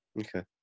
Okay